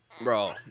Bro